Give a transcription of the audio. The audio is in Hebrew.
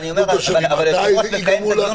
אבל אני אומר לנסות לקיים את הדיון